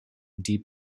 deep